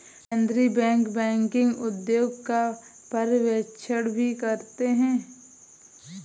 केन्द्रीय bank banking उद्योग का पर्यवेक्षण भी करते हैं